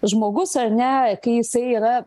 žmogus ar ne kai jisai yra